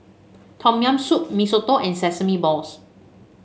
Tom Yam Soup Mee Soto and Sesame Balls